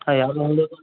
ಹಾಂ ಯಾರು ಮಾತಾಡೋದು